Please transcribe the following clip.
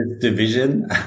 division